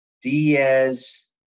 Diaz